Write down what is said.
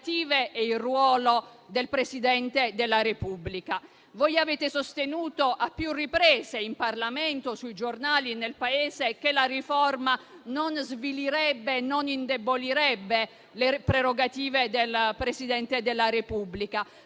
e il ruolo del Presidente della Repubblica. Voi avete sostenuto a più riprese in Parlamento, sui giornali e nel Paese, che la riforma non svilirebbe e non indebolirebbe le prerogative del Presidente della Repubblica,